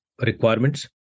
requirements